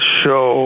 show